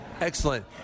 Excellent